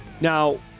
Now